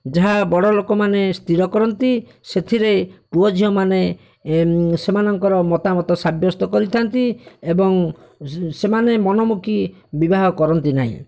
ଯାହା ବଡ଼ ଲୋକମାନେ ସ୍ଥିର କରନ୍ତି ସେଥିରେ ପୁଅଝିଅମାନେ ସେମାନଙ୍କର ମତାମତ ସାବ୍ୟସ୍ତ କରିଥାନ୍ତି ଏବଂ ସେମାନେ ମନମୁଖୀ ବିବାହ କରନ୍ତି ନାହିଁ